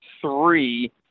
three